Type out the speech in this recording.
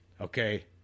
Okay